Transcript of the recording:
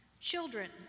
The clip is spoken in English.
Children